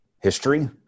history